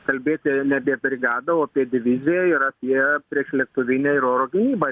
kalbėti brigadą o apie diviziją ir apie priešlėktuvinę ir oro gynybą